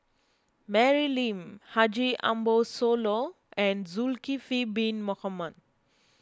Mary Lim Haji Ambo Sooloh and Zulkifli Bin Mohamed